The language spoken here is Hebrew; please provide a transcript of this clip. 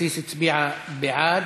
אבקסיס הצביעה בעד,